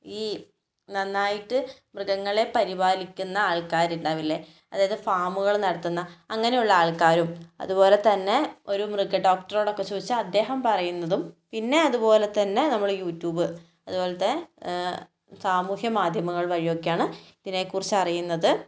ഈ നന്നായിട്ട് മൃഗങ്ങളെ പരിപാലിക്കുന്ന ആൾക്കാരുണ്ടാകില്ലേ അതായത് ഫാമുകൾ നടത്തുന്ന അങ്ങനെയുള്ള ആൾക്കാരും അതുപോലെ തന്നെ ഒരു മൃഗ ഡോക്ടറോട് ഒക്കെ ചോദിച്ചാൽ അദ്ദേഹം പറയുന്നതും പിന്നെ അതുപോലെ തന്നെ നമ്മുടെ യൂട്യൂബ് അതുപോലത്തെ സാമൂഹ്യ മാധ്യമങ്ങൾ വഴിയൊക്കെയാണ് ഇതിനെ കുറിച്ച് അറിയുന്നത്